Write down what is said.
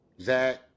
Zach